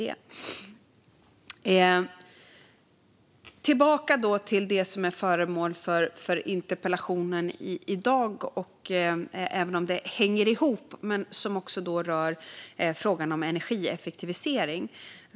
Låt mig nu gå tillbaka till det som är föremålet för dagens interpellation, även om detta hänger ihop, som också rör frågan om energieffektivisering.